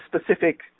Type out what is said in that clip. specific